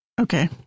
Okay